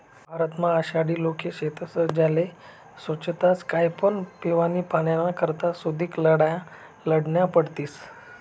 भारतमा आशाबी लोके शेतस ज्यास्ले सोच्छताच काय पण पेवानी पाणीना करता सुदीक लढाया लढन्या पडतीस